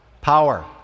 Power